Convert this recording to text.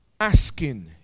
asking